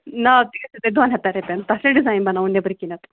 ناو تہِ گژھیو تۄہہِ دۄن ہَتَن رۄپیَن تَتھ چھا ڈِزایِن بَناوُن نٮ۪بٕرۍ کِنین